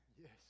Yes